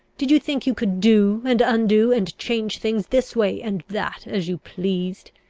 did you think you could do and undo, and change things this way and that, as you pleased?